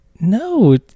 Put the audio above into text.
No